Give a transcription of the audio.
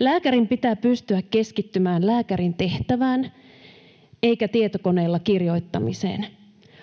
Lääkärin pitää pystyä keskittymään lääkärin tehtävään eikä tietokoneella kirjoittamiseen.